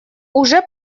уже